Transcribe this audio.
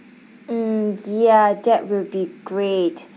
mm ya that will be great